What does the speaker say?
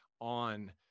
on